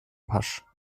pasch